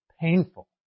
painful